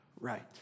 right